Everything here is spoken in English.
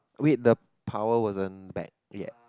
wait the power wasn't back yet